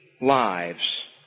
lives